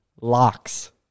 locks